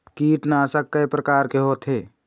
कीटनाशक कय प्रकार के होथे?